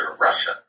Russia